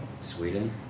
Sweden